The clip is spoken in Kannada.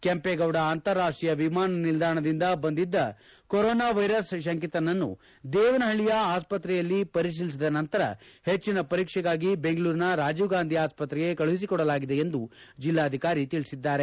ಕೆಂಪೇಗೌಡ ಅಂತಾರಾಷ್ಟೀಯ ವಿಮಾನ ನಿಲ್ದಾಣದಿಂದ ಬಂದಿದ್ದ ಕೊರೋನಾ ವೈರಸ್ ಶಂಕಿತನನ್ನು ದೇವನಹಳ್ಳಿಯ ಆಸ್ಪತ್ರೆಯಲ್ಲಿ ಪರಿಶೀಲಿಸಿದ ನಂತರ ಹೆಚ್ಚನ ಪರೀಕ್ಷೆಗಾಗಿ ಬೆಂಗಳೂರಿನ ರಾಜೀವ್ ಗಾಂಧಿ ಆಸ್ಪತ್ರೆಗೆ ಕಳುಹಿಸಿಕೊಡಲಾಗಿದೆ ಎಂದು ಜಿಲ್ಲಾಧಿಕಾರಿ ತಿಳಿಸಿದ್ದಾರೆ